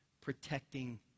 protecting